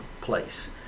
place